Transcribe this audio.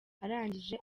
arangije